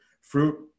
fruit